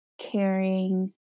caring